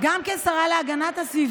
בכל לילה הוא